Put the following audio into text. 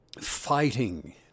fighting